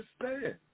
understand